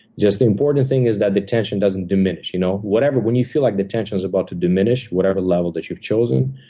just the important thing is that the tension doesn't diminish. you know whatever when you feel like the tension's about to diminish, whatever level that you've chosen,